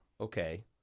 okay